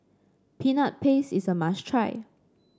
Peanut Paste is a must try